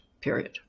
period